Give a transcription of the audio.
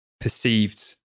perceived